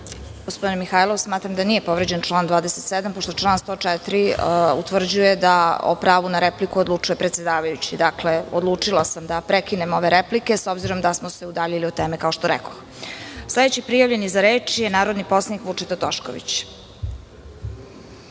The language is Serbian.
Gospodine Mihajlov, smatram da nije povređen član 27, pošto član 104. utvrđuje da o pravu na repliku odlučuje predsedavajući. Dakle, odlučila sam da prekinem ove replike, s obzirom da smo se udaljili od teme, kao što rekoh. Sledeći prijavljeni za reč je narodni poslanik Vučeta Tošković.